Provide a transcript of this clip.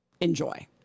enjoy